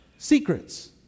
secrets